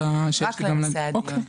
רק לנושא הזה.